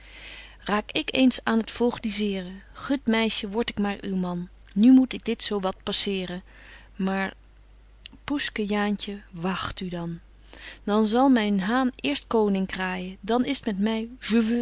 raak ik eens aan het voogdiseren gut meisje word ik maar uw man nu moet ik dit zo wat passeren maar poesle jaantje wagt u dan dan zal myn haan eerst koning kraaijen dan is t met my